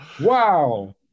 wow